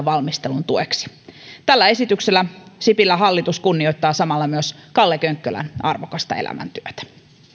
valmistelun tueksi tällä esityksellä sipilän hallitus kunnioittaa samalla myös kalle könkkölän arvokasta elämäntyötä